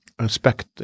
respect